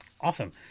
Awesome